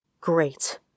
Great